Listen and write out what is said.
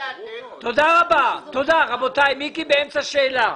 יש לי כמה שאלות.